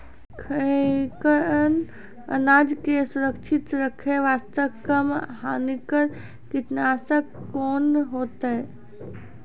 खैहियन अनाज के सुरक्षित रखे बास्ते, कम हानिकर कीटनासक कोंन होइतै?